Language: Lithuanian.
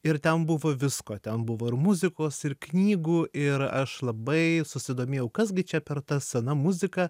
ir ten buvo visko ten buvo ir muzikos ir knygų ir aš labai susidomėjau kas gi čia per ta sena muzika